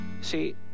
See